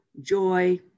joy